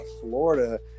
Florida